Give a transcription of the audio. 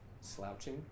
slouching